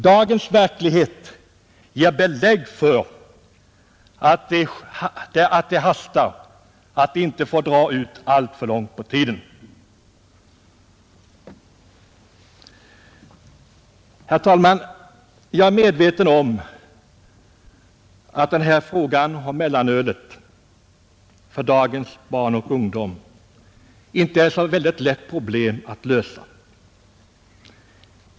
Dagens verklighet ger belägg för att det hastar, att det inte får dra alltför långt ut på tiden innan utredningen slutför sitt arbete. Herr talman! Jag är medveten om att denna fråga om mellanölet för dagens barn och ungdom inte är så lätt att lösa.